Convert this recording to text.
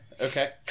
okay